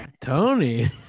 Tony